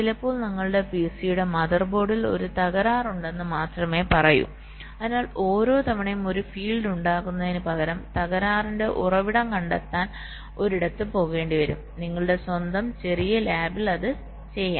ചിലപ്പോൾ നിങ്ങളുടെ പിസിയുടെ മദർ ബോർഡിൽ ഒരു തകരാർ ഉണ്ടെന്ന് മാത്രമേ പറയൂ അതിനാൽ ഓരോ തവണയും ഒരു ഫീൽഡ് ഉണ്ടാകുന്നതിനുപകരം തകരാറിന്റെ ഉറവിടം കണ്ടെത്താൻ ഒരിടത്ത് പോകേണ്ടിവരും നിങ്ങളുടെ സ്വന്തം ചെറിയ ലാബിൽ അത് ചെയ്യാം